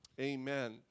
amen